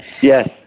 Yes